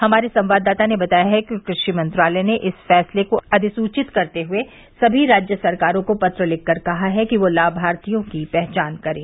हमारे संवाददाता ने बताया है कि क्रषि मंत्रालय ने इस फैसले को अधिसुचित करते हुए सभी राज्य सरकारों को पत्र लिखकर कहा है कि वे लाभार्थियों की पहचान करें